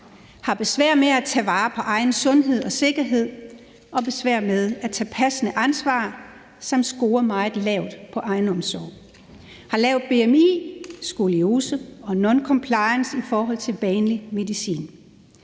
har besvær med at tage vare på egen sundhed og sikkerhed og besvær med at tage passende ansvar, og som scorer meget lavt på egenomsorg, har lavt bmi, skoliose og noncompliance i forhold til vanlig medicin.